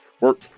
work